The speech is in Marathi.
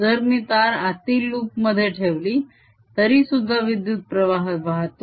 जर मी तार आतील लूप मध्ये ठेवली तरी सुद्धा विद्युत्प्रवाह वाहतो